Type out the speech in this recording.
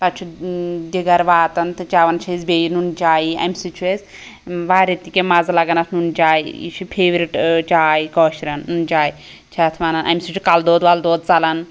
پَتہٕ چھُ دِگَر واتان تہٕ چیٚوان چھِ أسۍ بیٚیہِ نُن چایی اَمہِ سۭتۍ چھُ اسہِ واریاہ تہِ کیٚنٛہہ مَزٕ لگان اتھ نُن چایہِ یہِ چھِ فیورِٹ ٲں چاے کٲشریٚن نُن چاے چھِ اتھ ونان اَمہِ سۭتۍ چھُ کَلہٕ دود وَلہٕ دود ژَلان